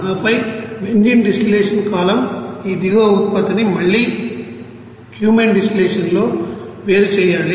ఆపై ఈ benzene distillation column ఈ దిగువ ఉత్పత్తిని మళ్లీ క్యూమెన్ డిస్టిల్లషన్ లో వేరు చేయాలి